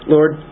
Lord